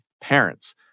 parents